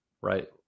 right